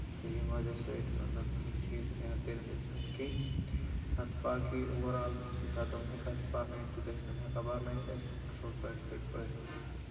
تہٕ ییٚمہِ وجہہ سۭتۍ مطلب کیٚنہہ چیٖز چھِنہٕ ہٮ۪کان اِنسان کٔرِتھ کیٚنہہ نتہٕ باقٕے اوور اول یوٗتاہ تِم ہٮ۪کان چھِ پَرنٲوِتھ تیوٗتاہ چھِ ہٮ۪کان تِم پَرنٲوِتھ اَسہِ اَصٕل پٲٹھۍ فِٹ پٲٹھۍ